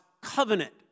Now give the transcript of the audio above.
covenant